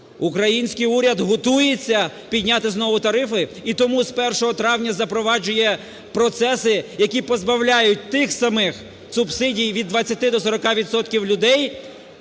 Український уряд готується підняти знову тарифи і тому з 1 травня запроваджує процеси, які позбавляють тих самих субсидій від 20 до 40